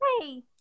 Hey